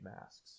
masks